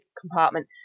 compartment